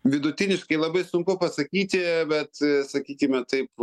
vidutiniškai labai sunku pasakyti bet sakykime taip